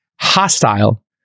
hostile